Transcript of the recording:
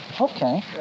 Okay